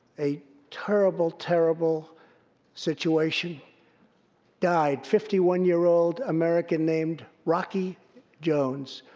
a terrible, terrible situation died fifty one year old american named rocky jones.